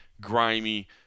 grimy